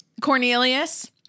Cornelius